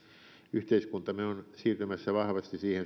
yhteiskuntamme on siirtymässä vahvasti siihen